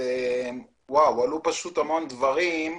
שהיו מאוד ברורים בעיני.